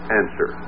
answer